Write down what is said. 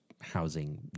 housing